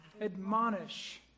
Admonish